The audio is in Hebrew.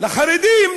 לחרדים,